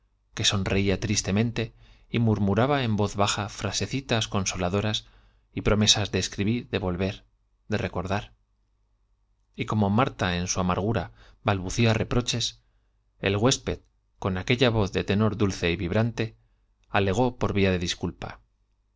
que sonreíá risteidente y murmuraba en voz baja frasecitas consoladoras promesas de escribir de volver de recordar y como marta en su amar gura balbucía reproches el huésped con de tenor dulce aquella voz y vibrante alegó por vía de bien te disculpa